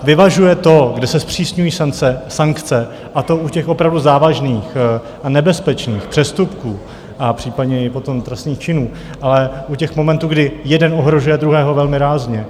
Vyvažuje to, kde se zpřísňují sankce, a to u těch opravdu závažných a nebezpečných přestupků a případně i potom trestných činů, ale i u těch momentů, kdy jeden ohrožuje druhého, velmi rázně.